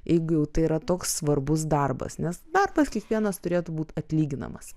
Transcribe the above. jeigu jau tai yra toks svarbus darbas nes darbas kiekvienas turėtų būt atlyginamas